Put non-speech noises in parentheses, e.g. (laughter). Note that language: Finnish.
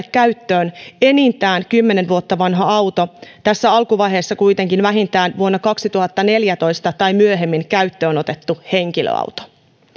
(unintelligible) käyttöön enintään kymmenen vuotta vanha auto tässä alkuvaiheessa kuitenkin vähintään vuonna kaksituhattaneljätoista tai myöhemmin käyttöön otettu henkilöauto